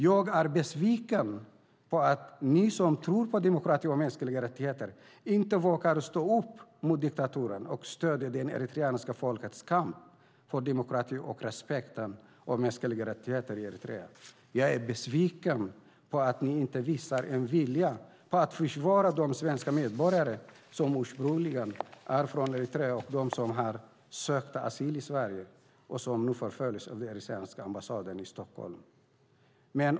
Jag är besviken på att ni som tror på demokrati och mänskliga rättigheter inte vågar stå upp mot diktaturen och stödja det eritreanska folkets kamp för demokrati och respekt för mänskliga rättigheter i Eritrea. Jag är besviken på att ni inte visar en vilja att försvara de svenska medborgare som ursprungligen är från Eritrea och har sökt asyl i Sverige och som nu förföljs av den eritreanska ambassaden i Stockholm.